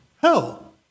hell